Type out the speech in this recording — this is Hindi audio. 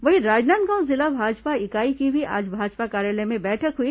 वहीं राजनांदगांव जिला भाजपा इकाई की भी आज भाजपा कार्यालय में बैठक हुई